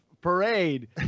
parade